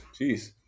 Jeez